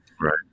Right